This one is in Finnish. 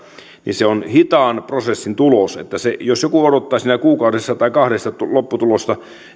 on hitaan prosessin tulos jos joku odottaa siinä kuukaudessa tai kahdessa lopputulosta